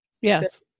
Yes